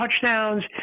touchdowns